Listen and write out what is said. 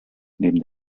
neben